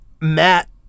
Matt